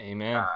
Amen